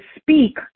speak